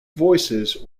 voices